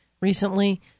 recently